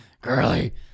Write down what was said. Girly